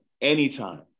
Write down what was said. anytime